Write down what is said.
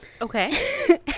okay